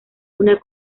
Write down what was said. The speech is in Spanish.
una